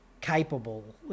capable